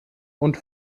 und